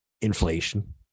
inflation